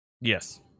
yes